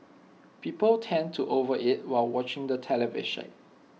people tend to overeat while watching the television